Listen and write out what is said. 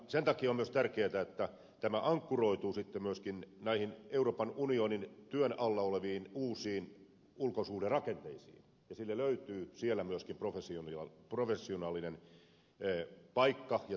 sen takia on myös tärkeätä että tämä ankkuroituu myöskin näihin euroopan unionin työn alla oleviin uusiin ulkosuhderakenteisiin ja sille löytyy siellä myöskin professionaalinen paikka tausta ja voimavara